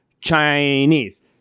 Chinese